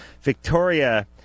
Victoria